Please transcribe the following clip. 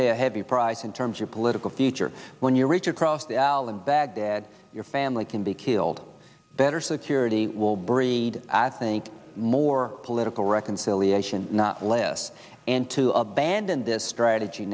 pay a heavy price in terms of political future when you reach across the aisle in baghdad your family can be killed better security will breed i think more political reconciliation not less and to abandon this strategy